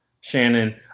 Shannon